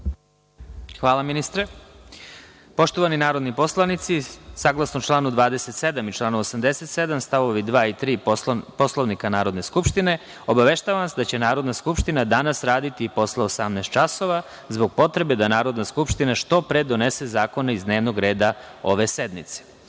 Hvala ministre. Poštovani narodni poslanici, saglasno članu 27. i članu 87. stavovi 2. i 3. Poslovnika Narodne skupštine, obaveštavam vas da će Narodna skupština danas raditi posle 18.00 časova, zbog potrebe da Narodna skupština što pre donese zakone iz Dnevnog reda ove sednice. Reč